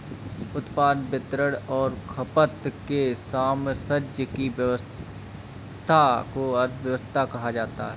उत्पादन, वितरण और खपत के सामंजस्य की व्यस्वस्था को अर्थव्यवस्था कहा जाता है